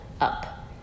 up